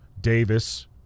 Davis